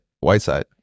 Whiteside